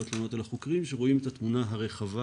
התלונות אלא חוקרים שרואים את התמונה הרחבה,